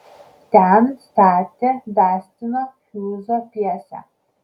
ten statė dastino hjūzo pjesę